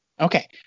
Okay